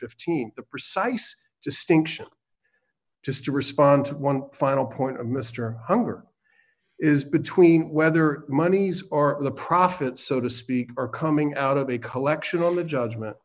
fifteen the precise distinction just to respond to one final point mr hunger is between whether moneys or the profit so to speak are coming out of a collection of the judgment